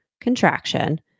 contraction